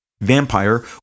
vampire